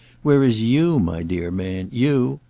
whereas you, my dear man, you